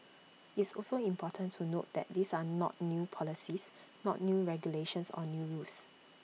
it's also important to note that these are not new policies not new regulations or new rules